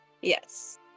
Yes